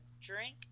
drink